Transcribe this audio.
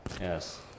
yes